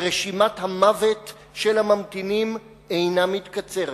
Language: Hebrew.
ורשימת המוות של הממתינים אינה מתקצרת.